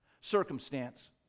circumstance